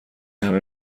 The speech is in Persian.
همه